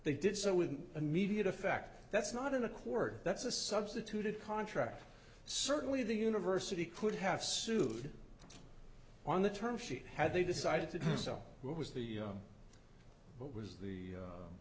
they did so with an immediate effect that's not in a court that's a substituted contract certainly the university could have sued on the term sheet had they decided to do so what was the what was the